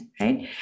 right